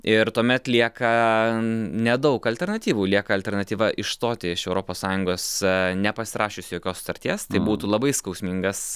ir tuomet lieka nedaug alternatyvų lieka alternatyva išstoti iš europos sąjungos nepasirašiusi jokios sutarties tai būtų labai skausmingas